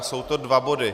Jsou to dva body.